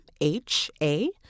H-A